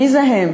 מי זה הם?